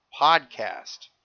Podcast